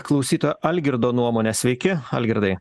klausytojo algirdo nuomonę sveiki algirdai